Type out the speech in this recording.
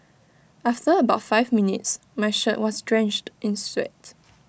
after about five minutes my shirt was drenched in sweat